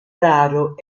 raro